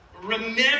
remember